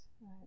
right